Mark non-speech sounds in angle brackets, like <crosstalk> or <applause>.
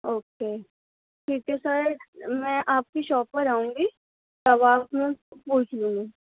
okay ٹھیک ہے sir میں آپ کی شاپ پر آؤں گی تب آپ <unintelligible> پوچھ لوں گی